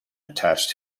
attached